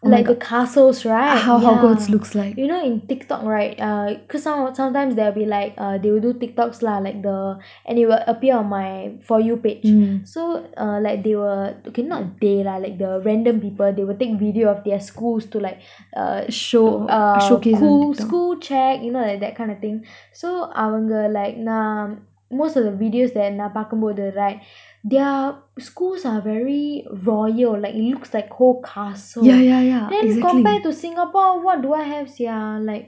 like the castles right yeah you know in Tik Tok right uh cause some~ sometime there'll be like uh they will do Tik Toks like the and it will appear on my for you page so uh like they will okay not they like the random people they will take video of their schools to like uh show uh cool school check you know like that kind of thing so அவங்க:avanga like நான்:naan most of the videos there நான் பாக்கும்போது:naan paakumbothu right their schools are very royal like it looks like whole castle then compared to singapore what do I have sia like